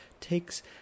takes